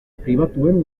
pribatuen